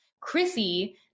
Chrissy